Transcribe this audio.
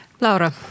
Laura